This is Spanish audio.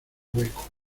hueco